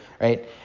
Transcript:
right